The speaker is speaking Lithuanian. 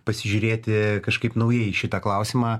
pasižiūrėti kažkaip naujai į šitą klausimą